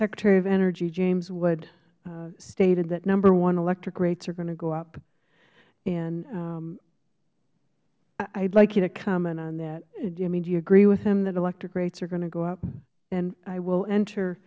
secretary of energy james wood stated that number one electric rates are going to go up and i would like you to comment on that i mean do you agree with him that electric rates are going to go up and i will enter